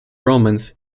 romans